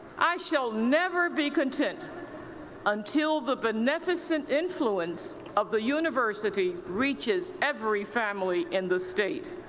i shall never be content until the beneficent influence of the university reaches every family in the state.